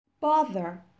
bother